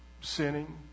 sinning